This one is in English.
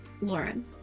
Lauren